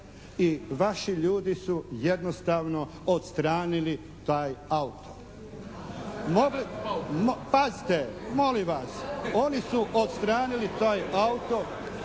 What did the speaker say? i vaši ljudi su jednostavno odstranili taj auto. Molim vas. Pazite. Molim vas. Oni su odstranili taj auto.